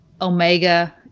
Omega